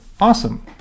Awesome